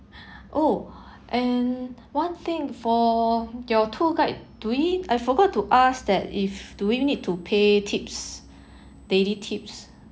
oh and one thing for your tour guide do we I forgot to ask that if do we need to pay tips daily tips